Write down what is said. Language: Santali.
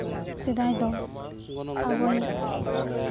ᱥᱮᱫᱟᱭ ᱫᱚ ᱟᱵᱚᱭᱤᱡ